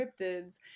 cryptids